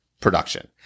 production